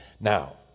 Now